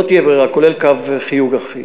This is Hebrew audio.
לא תהיה ברירה, כולל קו חיוג אחיד.